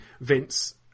Vince